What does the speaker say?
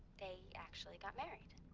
they actually got married.